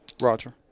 Roger